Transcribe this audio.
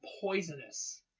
poisonous